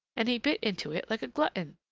and he bit into it like a glutton.